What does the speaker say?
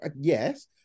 Yes